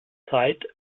zeit